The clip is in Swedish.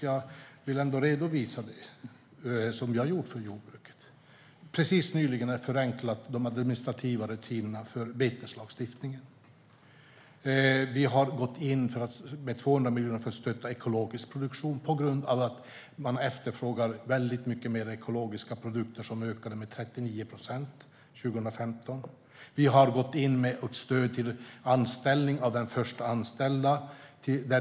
Jag vill ändå redovisa det som har gjorts för jordbruket. Nyligen förenklades de administrativa rutinerna för beteslagstiftningen. Vi har gått in med 200 miljoner för att stötta ekologisk produktion på grund av att efterfrågan på ekologiska produkter har ökat med 39 procent 2015. Vi har gått in med stöd för den först anställda.